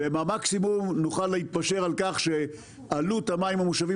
ובמקסימום נוכל להתפשר על כך שעלות המים המושבים